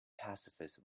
pacifist